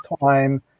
time